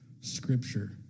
scripture